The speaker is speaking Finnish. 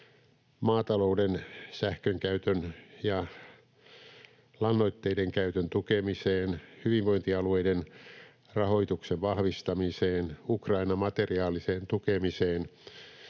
maatalouden sähkönkäytön ja lannoitteiden käytön tukemiseen, hyvinvointialueiden rahoituksen vahvistamiseen, Ukrainan materiaaliseen tukemiseen,